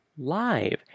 Live